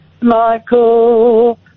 michael